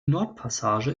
nordpassage